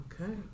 Okay